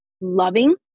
loving